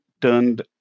turned